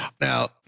now